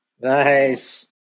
nice